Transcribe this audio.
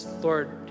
Lord